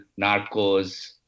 Narcos